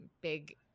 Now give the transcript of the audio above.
big